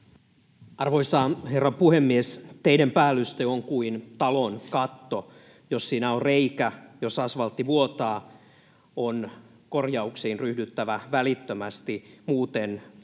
Arvoisa herra puhemies! Teiden päällyste on kuin talon katto: jos siinä on reikä, jos asvaltti vuotaa, on korjauksiin ryhdyttävä välittömästi, muuten lasku